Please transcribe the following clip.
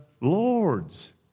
lords